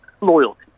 Loyalty